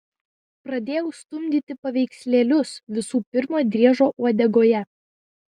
pradėjau stumdyti paveikslėlius visų pirma driežo uodegoje